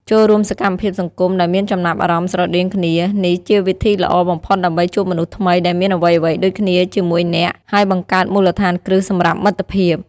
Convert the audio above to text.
ចូលរួមសកម្មភាពសង្គមដែលមានចំណាប់អារម្មណ៍ស្រដៀងគ្នា នេះជាវិធីល្អបំផុតដើម្បីជួបមនុស្សថ្មីដែលមានអ្វីៗដូចគ្នាជាមួយអ្នក ហើយបង្កើតមូលដ្ឋានគ្រឹះសម្រាប់មិត្តភាព។